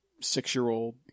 six-year-old